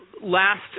last